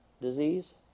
disease